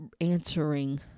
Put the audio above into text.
answering